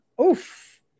Oof